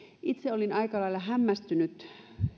itse olin aika lailla hämmästynyt